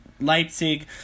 Leipzig